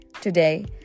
Today